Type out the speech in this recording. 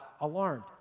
alarmed